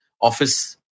office